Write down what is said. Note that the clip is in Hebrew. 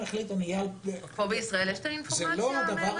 פה בישראל יש אינפורמציה מהימנה?